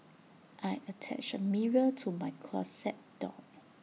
I attached A mirror to my closet door